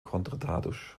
contratados